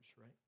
right